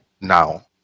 Now